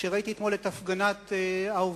כשראיתי אתמול את הפגנת העובדים,